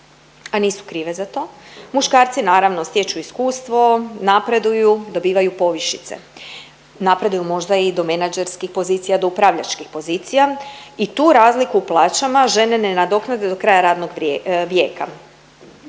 a nisu krive za to, muškarci naravno stječu iskustvo, napreduju, dobivaju povišice. Napreduju možda i do menadžerskih pozicija, do upravljačkih pozicija i tu razliku u plaćama žene ne nadoknade do kraja radnog vijeka.